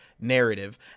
narrative